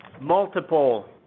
multiple